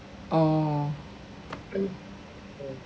oh